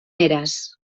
eras